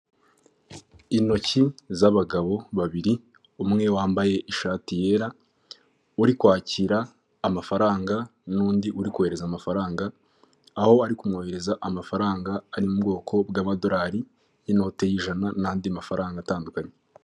Intoki z'abagabo babiri, umwe wambaye ishati yera, uri kwakira amafaranga n'undi uri kohereza amafaranga, aho ari kumwohereza amafaranga ari mu bwoko bw'amadolari y'inote y'ijana, n'andi mafaranga atandukanye.